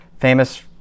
famous